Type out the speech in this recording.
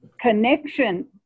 connection